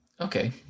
Okay